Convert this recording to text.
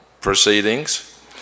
proceedings